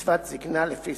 לקצבת זיקנה לפי